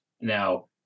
Now